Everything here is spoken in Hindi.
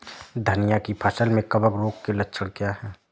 धनिया की फसल में कवक रोग के लक्षण क्या है?